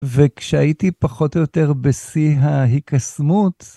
וכשהייתי פחות או יותר בשיא ההקסמות...